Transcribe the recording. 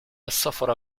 السفر